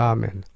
Amen